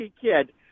kid